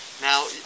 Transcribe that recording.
Now